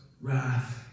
wrath